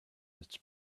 its